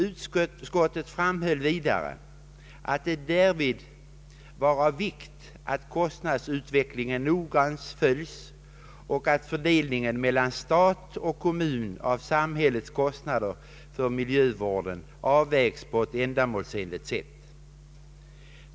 Utskottet framhöll vidare att det därvid var av vikt att kostnadsutvecklingen noggrant följs och att fördelningen mellan stat och kommun av samhällets kostnader för miljövården avvägs på ett ändamålsenligt sätt.